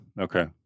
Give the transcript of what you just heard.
Okay